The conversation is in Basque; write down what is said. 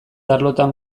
arlotan